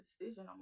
decision